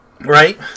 Right